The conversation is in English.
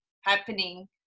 happening